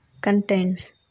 contains